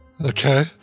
Okay